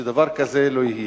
שדבר כזה לא יהיה.